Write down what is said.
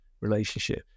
relationship